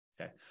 Okay